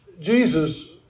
Jesus